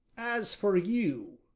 as for you,